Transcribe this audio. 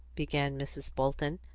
began mrs. bolton,